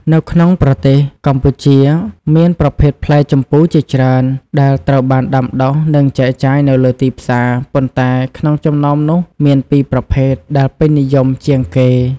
នៅក្នុងប្រទេសកម្ពុជាមានប្រភេទផ្លែជម្ពូជាច្រើនដែលត្រូវបានដាំដុះ និងចែកចាយនៅលើទីផ្សារ ប៉ុន្តែក្នុងចំណោមនោះមានពីរប្រភេទដែលពេញនិយមជាងគេ។